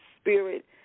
Spirit